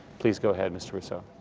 please go ahead, mr. russo.